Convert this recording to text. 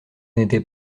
n’était